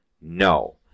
No